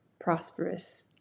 prosperous